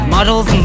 Models